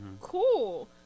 cool